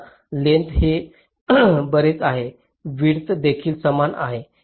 म्हणा लेंग्थस हे बरेच आहे विड्थ देखील समान आहे